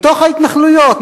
מתוך ההתנחלויות,